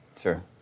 Sure